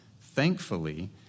Thankfully